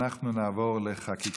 אנחנו נעבור לחקיקה.